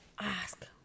Ask